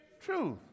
truth